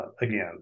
again